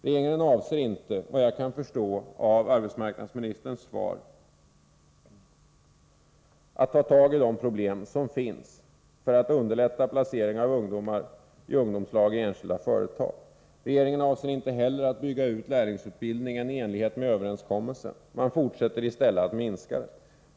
Regeringen avser inte, såvitt jag förstår av arbetsmarknadsministerns svar, att ta tag i de problem som finns för att underlätta placering av ungdomar i ungdomslag i enskilda företag. Regeringen avser inte heller att bygga ut lärlingsutbildningen i enlighet med överenskommelsen. Man fortsätter i stället att minska den.